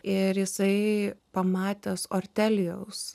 ir jisai pamatęs ortelijaus